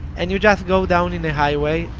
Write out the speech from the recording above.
and you just go down in a highway,